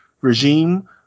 regime